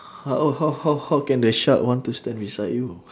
how how how how can the shark want to stand beside you